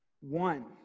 One